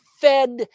fed